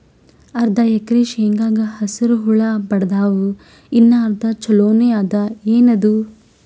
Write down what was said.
ಅರ್ಧ ಎಕರಿ ಶೇಂಗಾಕ ಹಸರ ಹುಳ ಬಡದಾವ, ಇನ್ನಾ ಅರ್ಧ ಛೊಲೋನೆ ಅದ, ಏನದು?